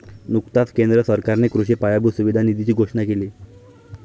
नुकताच केंद्र सरकारने कृषी पायाभूत सुविधा निधीची घोषणा केली